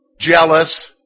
jealous